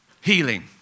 healing